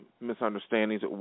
misunderstandings